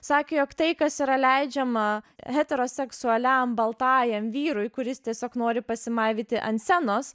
sakė jog tai kas yra leidžiama heteroseksualiam baltajam vyrui kuris tiesiog nori pasimaivyti ant scenos